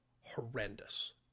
horrendous